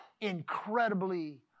incredibly